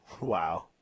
Wow